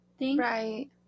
Right